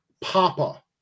Papa